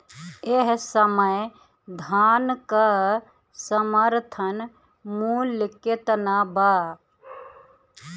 एह समय धान क समर्थन मूल्य केतना बा?